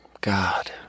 God